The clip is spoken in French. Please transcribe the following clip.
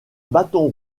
bâton